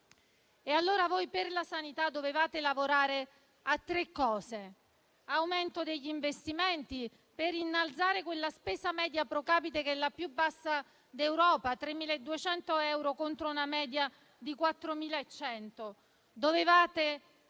6 del PNRR. Per la sanità dovevate lavorare a tre cose: aumento degli investimenti, per innalzare quella spesa media *pro capite* che è la più bassa d'Europa (3.200 euro, contro una media di 4.100),